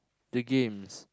the games